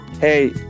hey